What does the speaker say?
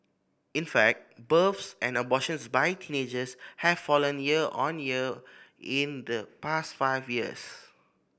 in fact births and abortions by teenagers have fallen year on year in the past five years